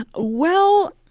well,